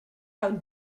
how